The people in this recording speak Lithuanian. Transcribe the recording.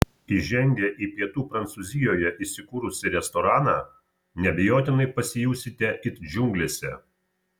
įžengę į pietų prancūzijoje įsikūrusį restoraną neabejotinai pasijusite it džiunglėse